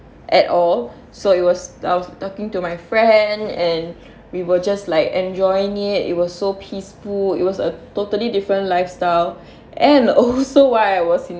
at all so it was I was talking to my friend and we were just like enjoying it it was so peaceful it was a totally different lifestyle and also why I was